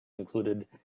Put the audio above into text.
included